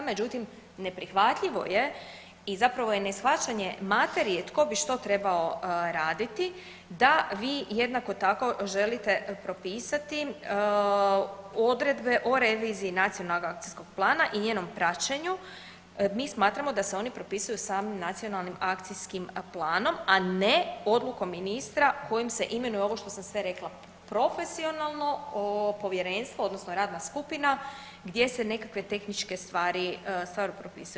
Međutim, neprihvatljivo je i zapravo je ne shvaćanje materije tko bi što trebao raditi da vi jednako tako želite propisati odredbe o reviziji nacionalnog akcijskog plana i njenom praćenju, mi smatramo da se oni propisuju samim nacionalnim akcijskim planom, a ne odlukom ministra kojim se imenuje ovo sve što sam rekla profesionalno povjerenstvo odnosno radna skupina gdje se nekakve tehničke stvari stvarno propisuju.